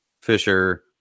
Fisher